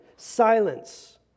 silence